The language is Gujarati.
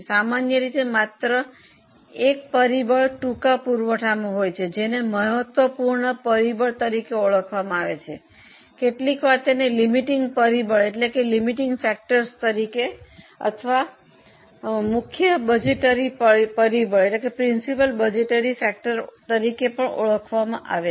સામાન્ય રીતે માત્ર એક પરિબળ ટૂંકા પુરવઠામાં હોય છે જેને મહત્વપૂર્ણ પરિબળ તરીકે ઓળખવામાં આવે છે કેટલીકવાર તેને લિમિટિંગ પરિબળ અથવા મુખ્ય બજેટરી પરિબળ ઓળખવામાં પણ આવે છે